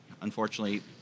unfortunately